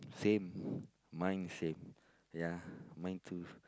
same mine's same ya mine too